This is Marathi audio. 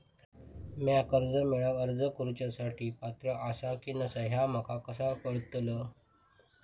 म्या कर्जा मेळाक अर्ज करुच्या साठी पात्र आसा की नसा ह्या माका कसा कळतल?